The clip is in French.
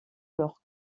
leur